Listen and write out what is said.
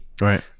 right